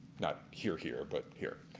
not here here but here.